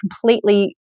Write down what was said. completely